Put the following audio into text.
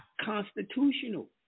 constitutional